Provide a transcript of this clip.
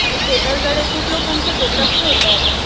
आणि थेटरकडे खूप लोकांचं दुर्लक्ष होतं आहे आता